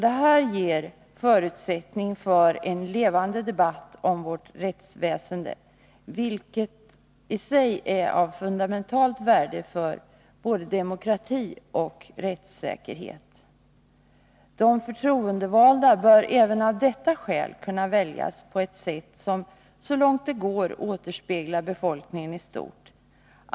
Detta ger förutsättningar för en levande debatt om vårt rättsväsende, vilket är av fundamentalt värde för demokratin och rättssäkerheten. De förtroendevalda bör även av detta skäl kunna väljas på ett sätt som så långt det går återspeglar befolkningen i stort.